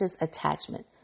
attachment